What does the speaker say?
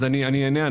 אענה.